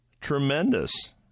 tremendous